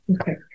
Okay